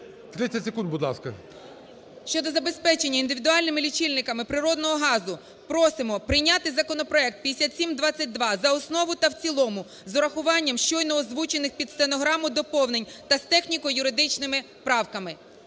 …щодо забезпечення індивідуальними лічильниками природного газу просимо прийняти законопроект 5722 за основну та в цілому з урахуванням щойно озвучених під стенограму доповнень та з техніко-юридичними правками.